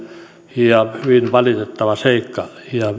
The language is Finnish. ja hyvin valitettava seikka